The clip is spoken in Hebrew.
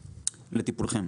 לטיפולכם.